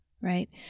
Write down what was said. right